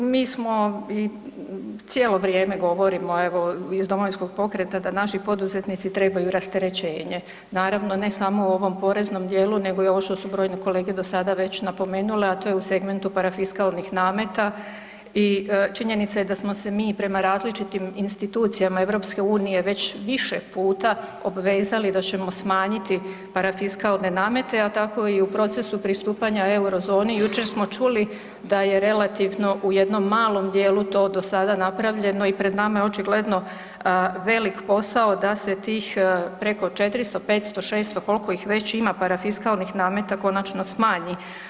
Mi smo i cijelo vrijeme govorimo evo iz Domovinskog pokreta da naši poduzetnici trebaju rasterećenje, naravno ne samo u ovom poreznom dijelu nego i ovo što su brojne kolege do sada već napomenule, a to je u segmentu parafiskalnih nameta i činjenica je da smo se mi i prema različitim institucijama EU već više puta obvezali da ćemo smanjiti parafiskalne namete, a tako i u procesu pristupanja eurozoni jučer smo čuli da je relativno u jednom malom dijelu to do sada napravljeno i pred nama je očigledno velik posao da se tih preko 400, 500, 600 koliko već ima parafiskalnih nameta konačno smanji.